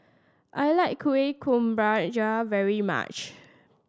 I like Kuih Kemboja very much